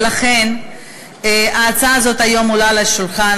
לכן ההצעה הזאת עולה היום על השולחן.